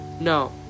No